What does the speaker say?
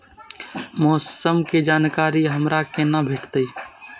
मौसम के जानकारी हमरा केना भेटैत?